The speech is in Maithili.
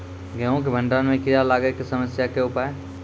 गेहूँ के भंडारण मे कीड़ा लागय के समस्या के उपाय?